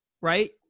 right